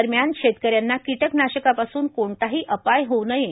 दरम्यान शेतकऱ्यांना किटकनाशकापासून कोणताही अपाय होऊ नये